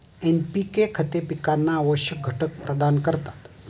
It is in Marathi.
एन.पी.के खते पिकांना आवश्यक घटक प्रदान करतात